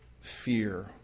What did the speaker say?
fear